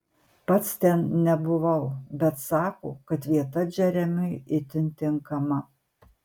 pats ten nebuvau bet sako kad vieta džeremiui itin tinkama